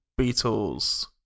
Beatles